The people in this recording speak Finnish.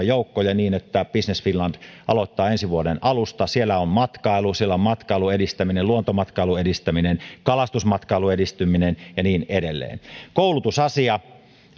joukkoja niin että business finland aloittaa ensi vuoden alusta siellä on matkailu siellä on matkailun edistäminen luontomatkailun edistäminen kalastusmatkailun edistäminen ja niin edelleen koulutusasia